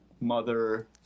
mother